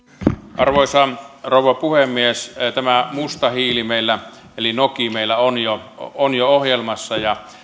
arvoisa rouva puhemies tämä musta hiili eli noki meillä on jo on jo ohjelmassa ja